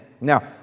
Now